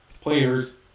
players